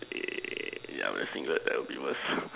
ya wear singlet that would be worst